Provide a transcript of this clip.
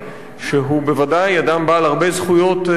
שהוא בוודאי אדם בעל הרבה זכויות ומעמד,